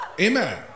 Amen